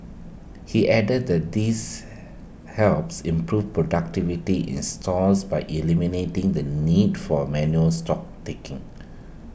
he added that this helps improve productivity in stores by eliminating the need for manual stock taking